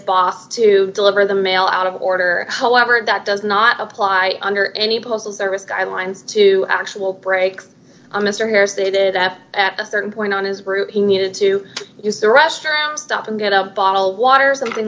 boss to deliver the mail out of order however that does not apply under any postal service guidelines to actual break a mr here stated that at a certain point on his route he needed to use the restroom stop and get a bottle water or something